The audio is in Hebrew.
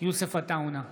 יוסף עטאונה,